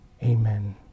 Amen